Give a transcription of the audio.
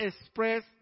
express